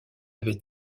avaient